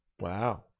Wow